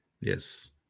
Yes